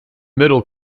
middle